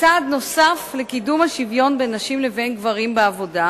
צעד נוסף לקידום השוויון בין נשים לבין גברים בעבודה,